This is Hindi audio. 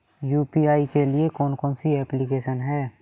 यू.पी.आई के लिए कौन कौन सी एप्लिकेशन हैं?